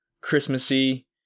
Christmassy